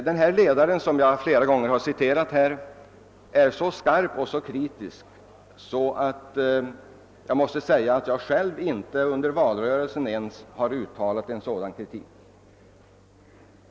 Denna ledare, som jag flera gånger citerat här, är så skarp och så kritisk att jag själv inte ens under valrörelsen har uttalat en sådan kritik.